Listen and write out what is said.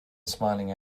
smiling